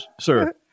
sir